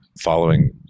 following